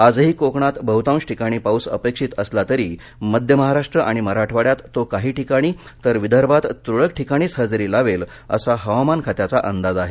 आजही कोकणात बह्तांश ठिकाणी पाऊस अपेक्षित असला तरी मध्य महाराष्ट्र आणि मराठवाड्यात तो काही ठिकाणी तर विदर्भात तुरळक ठिकाणीच हजेरी लावेल असा हवामान खात्याचा अंदाज आहे